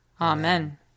Amen